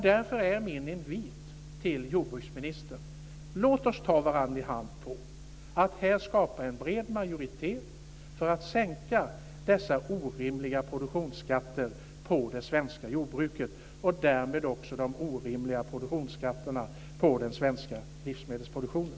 Därför är min invit till jordbruksministern: Låt oss ta varandra i hand för att skapa en bred majoritet för att sänka dessa orimliga produktionsskatter på det svenska jordbruket och därmed också de orimliga produktionsskatterna på den svenska livsmedelsproduktionen.